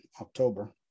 October